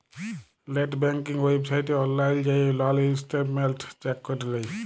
late banking ওয়েবসাইটে অললাইল যাঁয়ে লল ইসট্যাটমেল্ট চ্যাক ক্যরে লেই